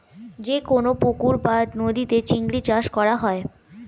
যে কোন পুকুর বা নদীতে চিংড়ি চাষ করা হয়